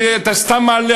ואתה סתם מעלה,